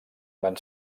van